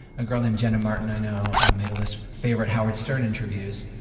a girl named jena martin i know made a list favorite howard stern interviews,